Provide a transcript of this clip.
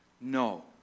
No